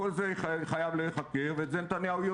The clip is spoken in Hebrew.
חשוב מאוד